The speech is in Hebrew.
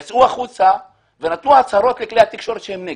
הם יצאו החוצה ונתנו הצהרות לכלי התקשורת ואמרו שהם נגד.